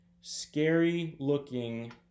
scary-looking